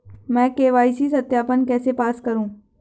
मैं के.वाई.सी सत्यापन कैसे पास करूँ?